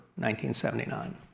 1979